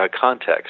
context